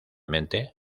mente